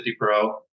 pro